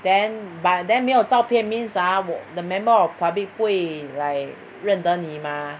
then but then 没有照片 means ah the member of public 不会 like 认得你 mah